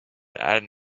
and